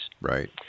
Right